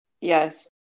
Yes